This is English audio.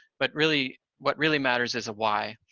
but really what really matters is why,